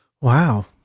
Wow